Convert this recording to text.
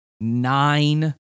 nine